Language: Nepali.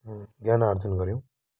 ज्ञान आर्जन गऱ्यौँ